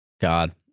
God